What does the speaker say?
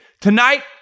Tonight